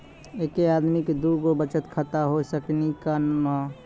एके आदमी के दू गो बचत खाता हो सकनी का हो?